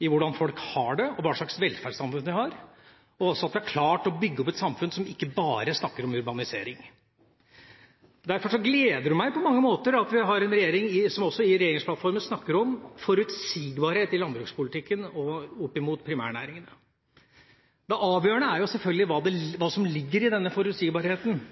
til hvordan folk har det, hva slags velferdssamfunn vi har, og at vi har klart å bygge opp et samfunn som ikke bare snakker om urbanisering. Derfor gleder det meg på mange måter at vi har en regjering som også i regjeringsplattformen snakker om forutsigbarhet i landbrukspolitikken og for primærnæringene. Det avgjørende er selvfølgelig hva som ligger i denne forutsigbarheten,